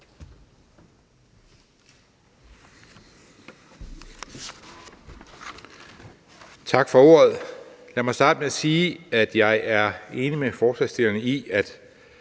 Tak for ordet. Lad mig starte med at sige, at jeg er enig med forslagsstillerne i, at